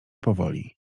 powoli